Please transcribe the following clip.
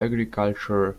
agriculture